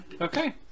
Okay